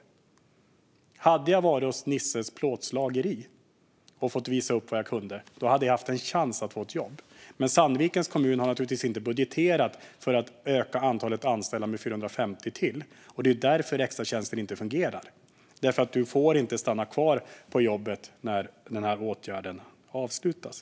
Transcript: Om man hade varit på Nisses plåtslageri och fått visa upp vad man kan hade man haft en chans att få ett jobb, men Sandvikens kommun har naturligtvis inte budgeterat för att öka antalet anställda med 450 personer till. Det är därför extratjänster inte fungerar - man får ju inte stanna kvar på jobbet när åtgärden avslutas.